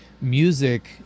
music